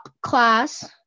class